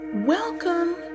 Welcome